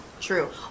True